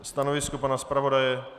Stanovisko pana zpravodaje?